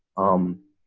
um,